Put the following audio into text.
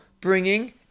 bringing